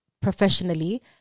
professionally